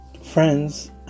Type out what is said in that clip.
Friends